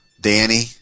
Danny